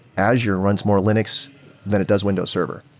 azure runs more linux than it does windows server.